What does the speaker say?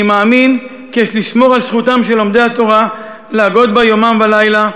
אני מאמין כי יש לשמור על זכותם של לומדי התורה להגות בה יומם ולילה,